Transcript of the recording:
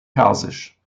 persisch